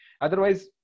Otherwise